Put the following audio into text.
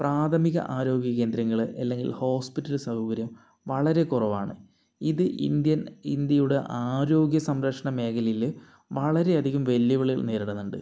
പ്രാഥമിക ആരോഗ്യ കേന്ദ്രങ്ങൾ അല്ലെങ്കിൽ ഹോസ്പിറ്റൽ സൗകര്യം വളരെ കുറവാണ് ഇത് ഇന്ത്യൻ ഇന്ത്യയുടെ ആരോഗ്യ സംരക്ഷണ മേഖലയിൽ വളരെ അധികം വെല്ലുവിളികൾ നേരിടുന്നുണ്ട്